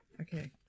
Okay